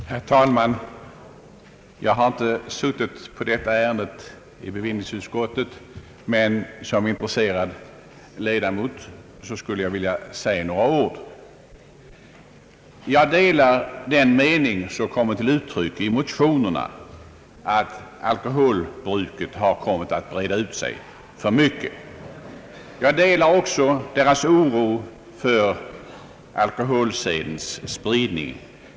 Herr talman! Jag har inte suttit på detta ärende i bevillningsutskottet, men som intresserad ledamot skulle jag vilja säga några ord. Jag delar den mening, som kommit till uttryck i motionerna, att alkoholbruket har kommit att breda ut sig för mycket. Jag delar också oron för alkoholsedens spridning.